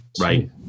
Right